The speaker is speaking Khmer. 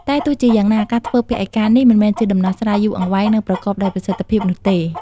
តែទោះជាយ៉ាងណា ការធ្វើពហិការនេះមិនមែនជាដំណោះស្រាយយូរអង្វែង និងប្រកបដោយប្រសិទ្ធភាពនោះទេ។